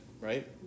right